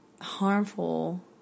harmful